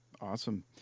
awesome